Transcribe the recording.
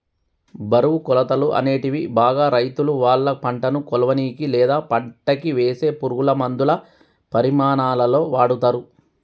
బరువు, కొలతలు, అనేటివి బాగా రైతులువాళ్ళ పంటను కొలవనీకి, లేదా పంటకివేసే పురుగులమందుల పరిమాణాలలో వాడతరు